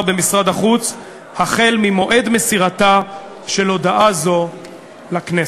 במשרד החוץ החל ממועד מסירתה של הודעה זו לכנסת.